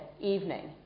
evening